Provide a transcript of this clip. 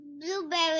Blueberry